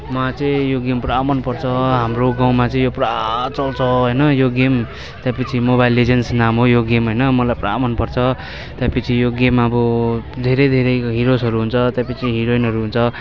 म चाहिँ यो गेम पुरा मन पर्छ हाम्रो गाउँमा चाहिँ यो पुरा चल्छ होइन यो गेम त्यहाँपिच्छे मोबाइल लेजेन्ड्स नाम हो यो गेम होइन मलाई पुरा मन पर्छ त्यहाँपिच्छे यो गेम अब धेरै धेरै हिरोहरू हुन्छ त्यहाँपिच्छे हिरोइनहरू हुन्छ